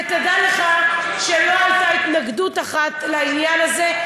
ותודה לך שלא הייתה התנגדות אחת לעניין הזה.